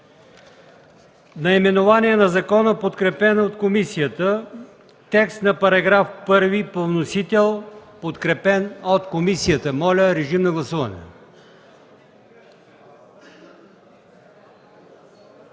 наименованието на закона, подкрепен от комисията; текстът на § 1 по вносител, подкрепен от комисията. Моля, режим на гласуване.